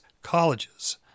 Colleges